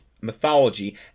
mythology